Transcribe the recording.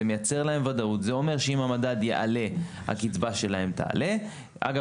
זה מייצר להם וודאות וזה אומר שאם המדד יעלה הקצבה שלהם תעלה (אגב,